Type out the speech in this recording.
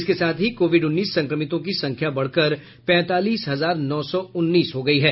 इसके साथ ही कोविड उन्नीस संक्रमितों की संख्या बढ़कर पैंतालीस हजार नौ सौ उन्नीस हो गयी है